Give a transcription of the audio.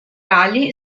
ali